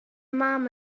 mam